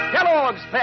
Kellogg's